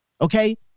okay